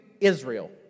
Israel